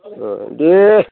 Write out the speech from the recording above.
ओ दे